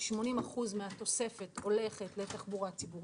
שמחים לארח פה את שרת התחבורה ואת